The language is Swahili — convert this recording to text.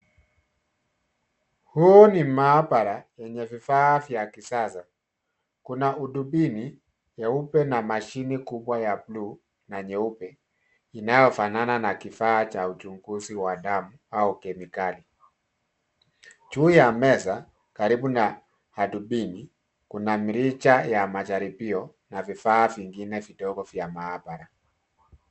Huu ni maabara yenye vifaa vya kisasa. Kuna hudubini nyeupe na mashini kubwa ya buluu na nyeupe inayofanana na kifaa cha uchunguzi wa damu au kemikali. Juu ya meza karibu na hadubini kuna mirija ya majaribio na vifaa vingine vidogo vya maabara.